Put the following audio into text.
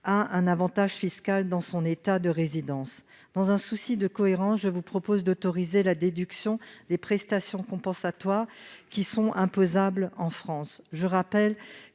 à un avantage fiscal dans son État de résidence. Dans un souci de cohérence, je propose d'autoriser la déduction des prestations compensatoires qui sont imposables en France. Je rappelle